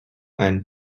and